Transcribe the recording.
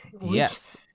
Yes